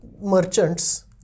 merchants